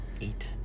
Eight